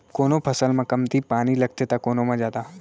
कोनो फसल म कमती पानी लगथे त कोनो म जादा